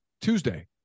Tuesday